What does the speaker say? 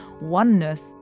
oneness